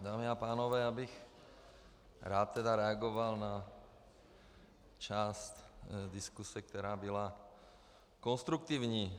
Dámy a pánové, rád bych reagoval na část diskuse, která byla konstruktivní.